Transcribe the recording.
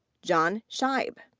john scheib.